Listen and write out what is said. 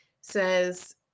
says